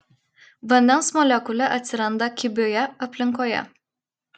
vandens molekulė atsiranda kibioje aplinkoje